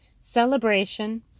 celebration